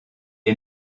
est